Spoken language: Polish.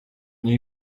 niej